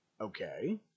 Okay